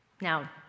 Now